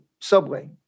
subway